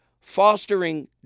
fostering